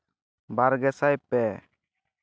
ᱵᱟᱨ ᱜᱮᱥᱟᱭ ᱯᱮ